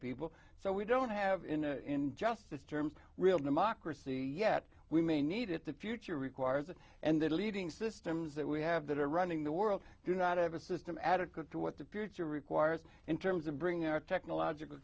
people so we don't have in an injustice terms real democracy yet we may need it the future requires it and the leading systems that we have that are running the world do not have a system adequate to what the future requires in terms of bringing our technological